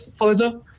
further